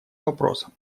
вопросом